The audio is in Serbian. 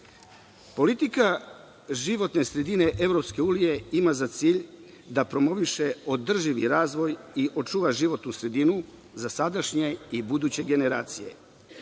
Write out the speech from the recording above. Politika životne sredine EU ima za cilj da promoviše održivi razvoj i da očuva životnu sredinu za sadašnje i buduće generacije.